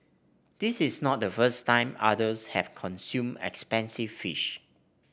this is not the first time others have consumed expensive fish